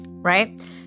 right